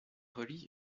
relie